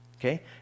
okay